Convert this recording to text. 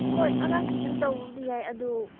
ꯍꯣꯏ ꯑꯉꯥꯡ ꯇꯨꯏꯁꯟ ꯇꯧꯕꯕꯨꯗꯤ ꯌꯥꯏ ꯑꯗꯨ